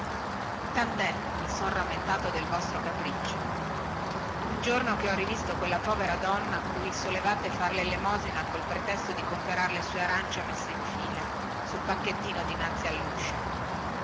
tantè mi son rammentato del vostro capriccio un giorno che ho rivisto quella povera donna cui solevate far lelemosina col pretesto di comperar le sue arance messe in fila sul panchettino dinanzi alluscio